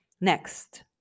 Next